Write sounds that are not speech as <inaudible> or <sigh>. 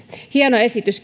hieno esitys <unintelligible>